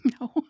No